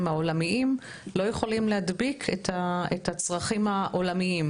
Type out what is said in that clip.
העולמיים לא יכולים להדביק את הצרכים העולמיים,